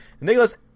Nicholas